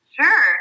Sure